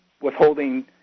withholding